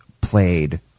played